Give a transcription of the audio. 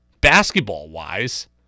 basketball-wise